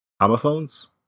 Homophones